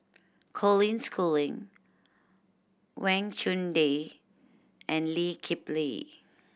Colin Schooling Wang Chunde and Lee Kip Lee